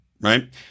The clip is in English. Right